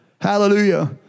Hallelujah